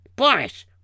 Boris